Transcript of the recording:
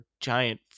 giant